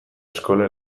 eskola